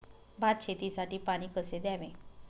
भात शेतीसाठी पाणी कसे द्यावे?